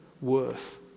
worth